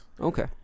Okay